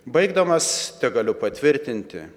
baigdamas tegaliu patvirtinti